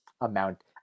amount